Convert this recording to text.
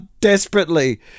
desperately